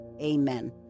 Amen